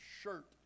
shirt